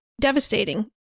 devastating